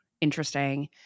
interesting